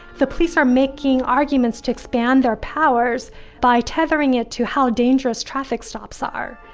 the police are making arguments to expand their powers by tethering it to how dangerous traffic stops are,